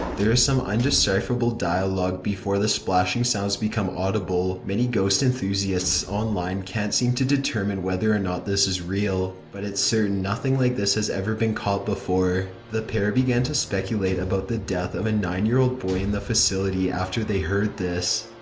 there is some undecipherable dialogue before the splashing sounds become audible. many ghost enthusiasts online can't seem to determine whether or not this is real, but it's certain nothing like this has ever been caught before. the pair began to speculate about the of a nine year old boy in the facility after they heard this.